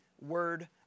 Word